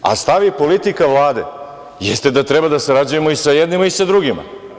A stav i politika Vlade jeste da treba da sarađujemo i sa jednima i sa drugima.